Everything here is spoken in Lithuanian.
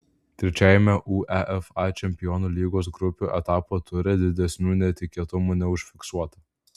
trečiajame uefa čempionų lygos grupių etapo ture didesnių netikėtumų neužfiksuota